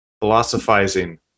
Philosophizing